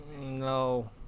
No